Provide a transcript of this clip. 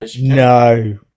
No